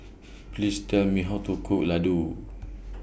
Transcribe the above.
Please Tell Me How to Cook Ladoo